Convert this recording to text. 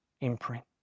imprint